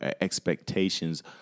expectations